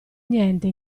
niente